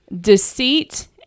deceit